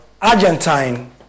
Argentine